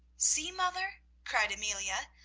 see, mother, cried amelia,